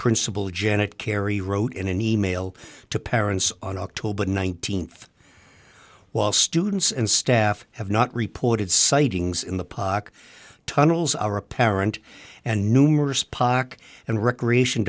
principle janet carey wrote in an e mail to parents on october nineteenth while students and staff have not reported sightings in the pock tunnels are apparent and numerous poc and recreation